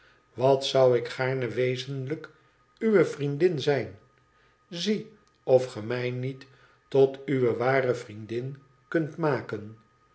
wat zou ik gaarne wezenlijk uwe vriendin zijn zie of ge mij niet tot uwe ware vriendin kunt maken